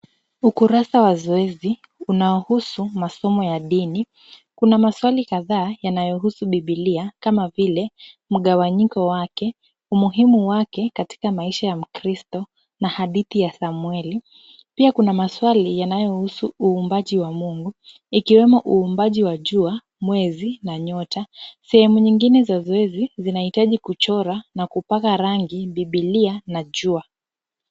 Ukurasa wa zoezi unaohusu masomo ya dini, Kuna maswali kadhaa yanayohusu Biblia, Kama vile mgawanyiko wake umuhimu wake katika maisha ya mkristo, na hadithi ya Samweli ,pia kuna maswali yanayohusu uumbaji wa Mungu, ikiwemo uumbaji wa jua, mwezi na nyota. Sehemu nyingine za zoezi zinahitaji kuchora na kupaka rangi Biblia na jua.